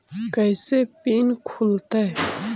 कैसे फिन खुल तय?